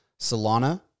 Solana